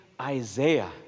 Isaiah